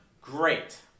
Great